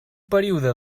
període